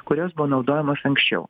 kurios buvo naudojamos anksčiau